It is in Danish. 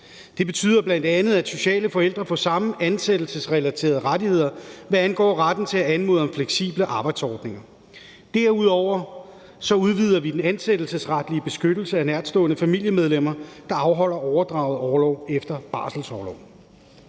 Det betyder bl.a., at sociale forældre får samme ansættelsesrelaterede rettigheder, hvad angår retten til at anmode om fleksible arbejdsordninger. Derudover udvider vi den ansættelsesretlige beskyttelse af nærtstående familiemedlemmer, der afholder overdraget orlov efter barselsorloven.